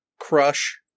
Crush